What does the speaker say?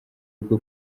bwo